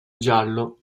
giallo